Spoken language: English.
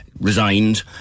resigned